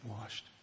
washed